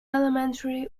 elementary